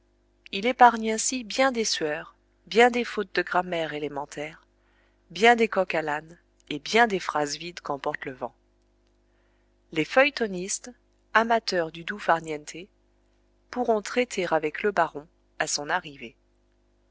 il épargne ainsi bien des sueurs bien des fautes de grammaire élémentaire bien des coq-à-l'âne et bien des phrases vides qu'emporte le vent les feuilletonnistes amateurs du doux far niente pourront traiter avec le baron à son arrivée